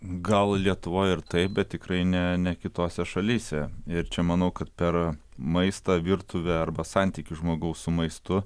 gal lietuvoj ir taip bet tikrai ne ne kitose šalyse ir čia manau kad per maistą virtuvę arba santykius žmogaus su maistu